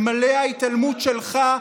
אלמלא ההתעלמות שלך,